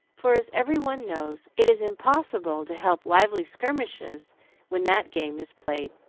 for, as every one knows, it is impossible to help lively skirmishes when that game is played.